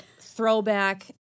Throwback